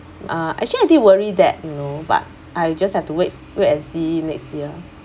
uh actually I did worry that you know but I just have to wait wait and see next year